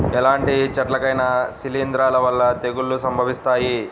ఎలాంటి చెట్లకైనా శిలీంధ్రాల వల్ల తెగుళ్ళు సంభవిస్తాయి